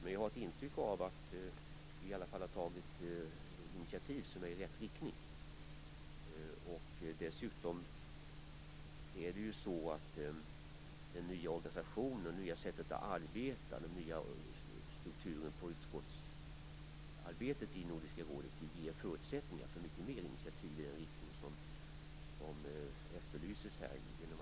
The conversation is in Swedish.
Men jag har ändå ett intryck av att vi har tagit initiativ som går i rätt riktning. Dessutom ger den nya organisationen, det nya sättet att arbeta och den nya strukturen på utskottsarbetet i Nordiska rådet förutsättningar för många fler initiativ i den riktning som man efterlyser här.